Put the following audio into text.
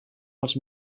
els